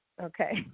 okay